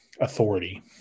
Authority